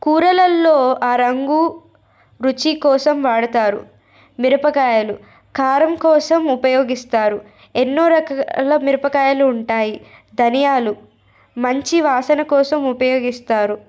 కూరలల్లో ఆ రంగు రుచి కోసం వాడతారు మిరపకాయలు కారం కోసం ఉపయోగిస్తారు ఎన్నో రకాల మిరపకాయలు ఉంటాయి ధనియాలు మంచి వాసన కోసం ఉపయోగిస్తారు